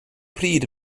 pryd